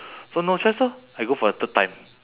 so no choice lor I go for the third time